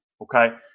okay